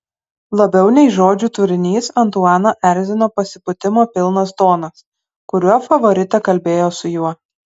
labiau nei žodžių turinys antuaną erzino pasipūtimo pilnas tonas kuriuo favoritė kalbėjo su juo